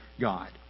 God